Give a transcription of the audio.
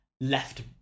left